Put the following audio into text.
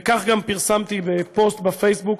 וגם פרסמתי פוסט בפייסבוק